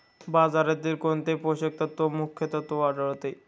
बाजरीत कोणते पोषक तत्व मुख्यत्वे आढळते?